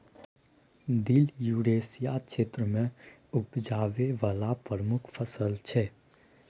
दिल युरेसिया क्षेत्र मे उपजाबै बला प्रमुख फसल छै